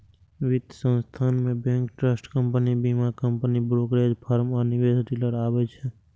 वित्त संस्थान मे बैंक, ट्रस्ट कंपनी, बीमा कंपनी, ब्रोकरेज फर्म आ निवेश डीलर आबै छै